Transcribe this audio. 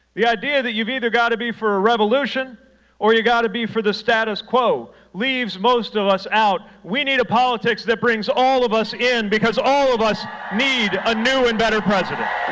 the idea that you've either got to be for a revolution or you've got to be for the status quo leaves most of us out. we need a politics that brings all of us in because all of us need a new and better president